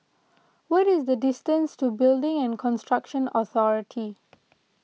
what is the distance to Building and Construction Authority